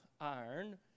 iron